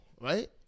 Right